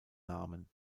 namen